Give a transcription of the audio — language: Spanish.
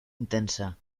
intensa